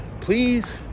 please